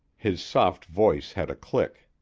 his soft voice had a click.